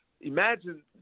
Imagine